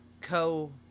co